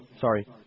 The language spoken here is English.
Sorry